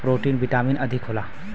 protein vitamin अधिक होला